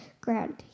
ground